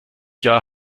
jahr